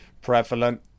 prevalent